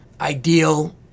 ideal